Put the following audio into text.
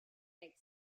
track